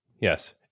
Yes